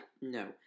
no